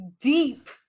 Deep